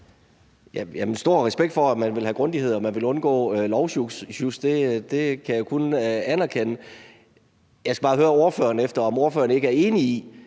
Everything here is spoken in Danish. stor respekt for, at man vil have grundighed og man vil undgå lovsjusk. Det kan jeg kun anerkende. Jeg skal bare høre ordføreren, om ordføreren ikke er enig i,